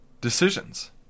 decisions